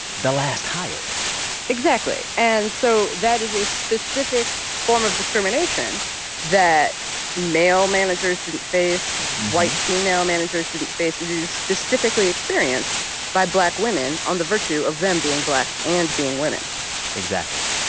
the last hired exactly. and so that is a specific form of discrimination that male managers didn't face, white female managers didn't face. it is specifically experienced by black women on the virtue of them being black and being women exactly.